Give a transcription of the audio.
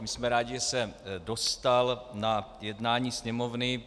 Jsme rádi, že se dostal na jednání Sněmovny.